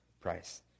price